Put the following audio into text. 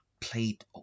played